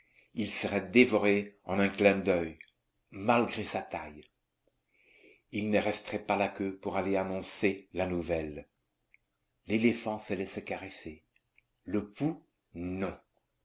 il serait dévoré en un clin d'oeil malgré sa taille il ne resterait pas la queue pour aller annoncer la nouvelle l'éléphant se laisse caresser le pou non